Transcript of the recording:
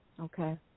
Okay